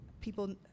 people